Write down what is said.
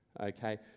okay